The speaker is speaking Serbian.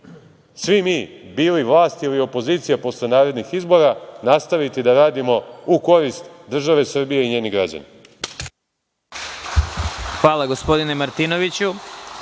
svi mi bili vlast ili opozicija posle narednih izbora nastaviti da radimo u korist države Srbije i njenih građana.